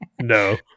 No